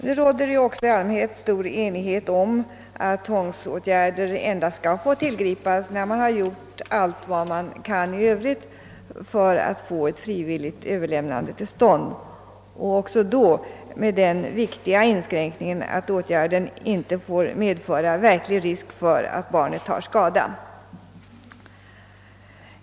Nu råder i allmänhet stor enighet om att tvångsåtgärder endast skall få tillgripas när man gjort allt vad man kan i Övrigt för att få ett frivilligt överlämnande till stånd och också då med den viktiga inskränkningen, att åtgär den inte får medföra verklig risk för att barnet tar skada.